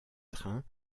trains